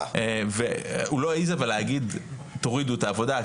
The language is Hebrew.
הוא לא העז אבל להגיד 'תורידו את העבודה',